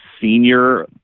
senior